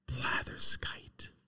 Blatherskite